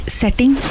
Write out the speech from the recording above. setting